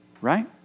Right